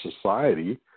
society